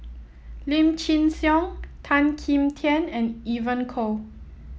Lim Chin Siong Tan Kim Tian and Evon Kow